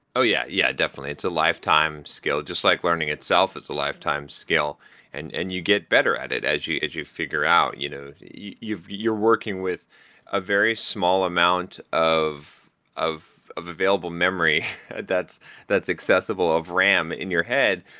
ah yeah yeah, definitely. it's a lifetime skill. just like learning itself, it's a lifetime skill and and you get better at it as you as you figure out. you know you're working with a very small amount of of available memory that's that's accessible of ram in your head.